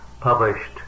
published